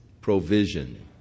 Provision